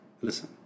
Listen